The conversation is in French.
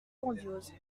grandiose